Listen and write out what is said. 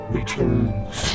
returns